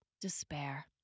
despair